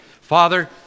Father